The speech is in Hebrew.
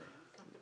אמיתי.